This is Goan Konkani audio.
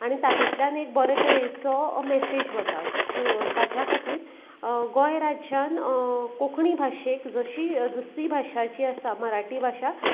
आनी तातूंतल्यान एक बरें तरेचो मॅसेज वता सो ताच्या खातीर गोंय राज्यांत कोंकणी भाशेक जशी दुसरी भाशा जी आसा मराठी भाशा